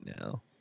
now